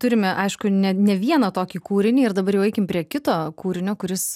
turime aišku ne ne vieną tokį kūrinį ir dabar jau eikim prie kito kūrinio kuris